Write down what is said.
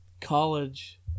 college